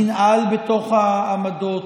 ננעל בתוך העמדות,